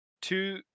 two